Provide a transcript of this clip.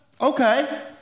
okay